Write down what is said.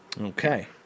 Okay